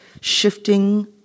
shifting